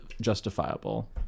justifiable